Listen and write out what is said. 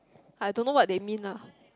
I don't know what they mean ah